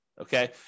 Okay